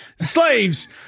slaves